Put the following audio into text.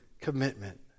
commitment